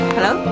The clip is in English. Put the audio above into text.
Hello